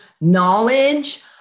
knowledge